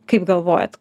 kaip galvojat